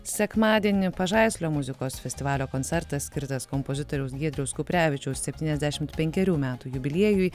sekmadienį pažaislio muzikos festivalio koncertas skirtas kompozitoriaus giedriaus kuprevičiaus septyniasdešimt penkerių metų jubiliejui